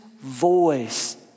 voice